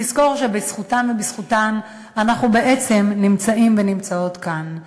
לזכור שבזכותם ובזכותן אנחנו נמצאים ונמצאות כאן.